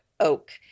oak